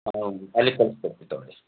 ಹೌದು ಅಲ್ಲಿಗೆ ಕಳ್ಸ್ಕೊಡ್ತೀವಿ ತೊಗೊಳ್ಳಿ